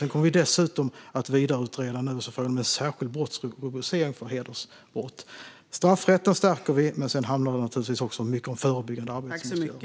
Vi kommer dessutom att vidareutreda frågan om en särskild brottsrubricering för hedersbrott. Straffrätten stärker vi, men det handlar naturligtvis också mycket om förebyggande arbete som måste göras.